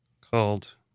called